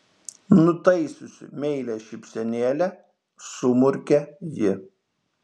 nutaisiusi meilią šypsenėlę sumurkė ji